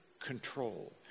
control